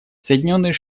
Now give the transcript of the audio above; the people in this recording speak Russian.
соединенные